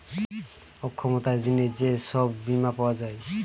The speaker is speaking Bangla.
অক্ষমতার জিনে যে সব বীমা পাওয়া যায়